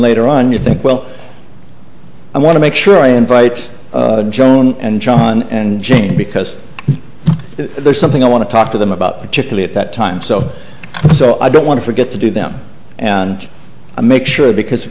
later on you think well i want to make sure i invite joan and john and jane because there's something i want to talk to them about particularly at that time so so i don't want to forget to do them and make sure because